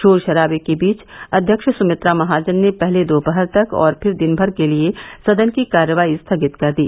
शोर शराबे के बीच अध्यक्ष सुमित्रा महाजन ने पहले दोपहर तक और फिर दिन भर के लिए सदन की कार्रवाई स्थगित कर दी